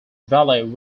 valley